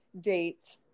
date